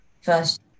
first